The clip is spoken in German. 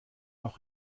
noch